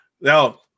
Now